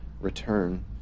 return